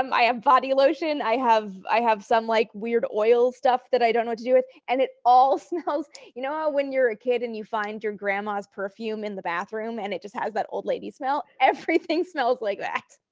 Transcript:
um i have body lotion, i have i have some like weird oil stuff that i don't know to do with. and it all smells you know how when you're a kid and you find your grandma's perfume in the bathroom, and it just has that old lady smell? everything smells like that.